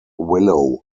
willow